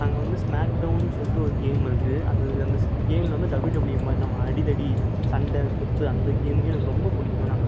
அங்கே வந்து ஸ்மாக்டவுன்னு சொல்லிட்டு ஒரு கேமிருக்கு அந்த அந்த ஸ் கேமில் வந்து டபள்யு டபள்யு மாதிரி நம்ம அடிதடி சண்டை குத்து அந்த கேமையும் எனக்கு ரொம்ப பிடிக்கும் நாங்கள்